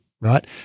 Right